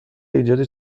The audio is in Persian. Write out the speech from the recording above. ایجاد